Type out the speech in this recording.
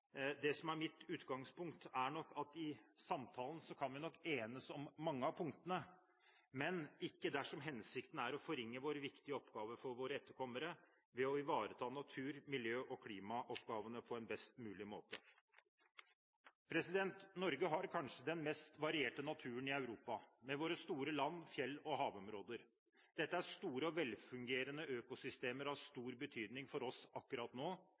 samtalen kan vi nok enes om mange av punktene, men ikke dersom hensikten er å forringe vår viktige oppgave for våre etterkommere ved å ivareta natur-, miljø- og klimaoppgavene på en best mulig måte. Norge har kanskje den mest varierte naturen i Europa, med våre store land-, fjell- og havområder. Dette er store og velfungerende økosystemer av stor betydning for oss akkurat nå.